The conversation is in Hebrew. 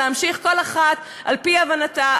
להמשיך כל אחת על-פי הבנתה,